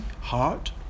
heart